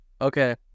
Okay